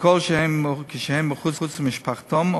והכול כשהם מחוץ למשפחתם,